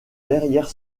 derrière